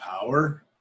power